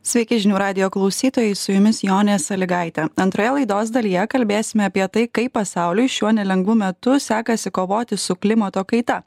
sveiki žinių radijo klausytojai su jumis jonė salygaitė antroje laidos dalyje kalbėsime apie tai kaip pasauliui šiuo nelengvu metu sekasi kovoti su klimato kaita